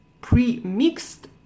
pre-mixed